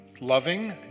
loving